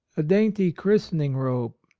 a dainty christening robe,